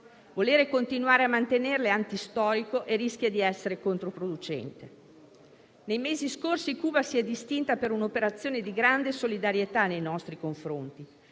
Voler continuare a mantenerle è antistorico e rischia di essere controproducente. Nei mesi scorsi Cuba si è distinta per un'operazione di grande solidarietà nei nostri confronti.